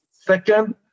Second